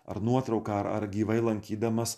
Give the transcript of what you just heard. ar nuotrauką ar ar gyvai lankydamas